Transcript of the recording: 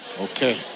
Okay